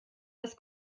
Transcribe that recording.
das